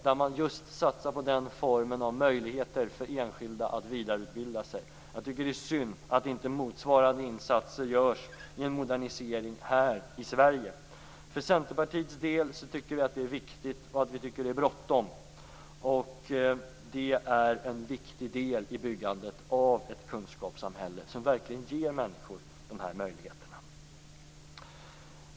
Där satsar man just på den formen av möjligheter för enskilda att vidareutbilda sig. Jag tycker att det är synd att inte motsvarande insatser görs i en modernisering här i Sverige. För Centerpartiets del tycker vi att det är viktigt och att det är bråttom. Det är en viktig del i byggandet av ett kunskapssamhälle som verkligen ger människor dessa möjligheter.